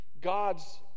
God's